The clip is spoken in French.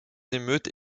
émeutes